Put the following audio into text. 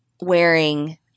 wearing